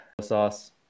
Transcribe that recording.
Sauce